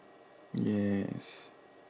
yes